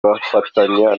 bafatanya